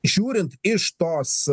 žiūrint iš tos